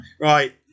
Right